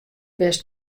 wist